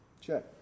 Check